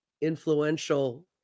influential